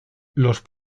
los